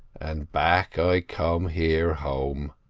and back i come here, home.